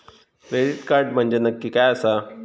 Credit card म्हंजे नक्की काय आसा?